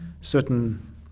certain